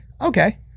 Okay